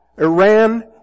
Iran